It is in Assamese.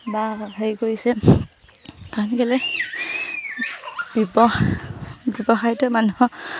বা হেৰি কৰিছে কাৰণ কেলৈ ব্যৱসায় ব্যৱসায়টোৱে মানুহৰ